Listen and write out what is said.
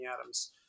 Adams